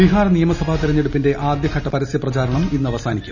ബിഹാർ നിയമസഭാ തെരഞ്ഞെടുപ്പിന്റെ ആദ്യഘട്ട ന് പരസ്യ പ്രചാരണം ഇന്ന് അവസാനിക്കും